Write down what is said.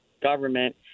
government